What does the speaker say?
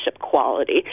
quality